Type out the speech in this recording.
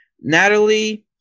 natalie